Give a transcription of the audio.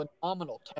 phenomenal